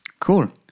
Cool